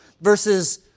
versus